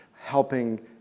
helping